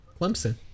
Clemson